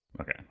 Okay